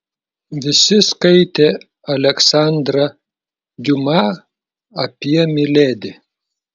visi skaitė aleksandrą diuma apie miledi